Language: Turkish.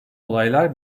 olaylar